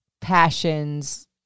passions